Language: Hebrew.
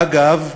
אגב,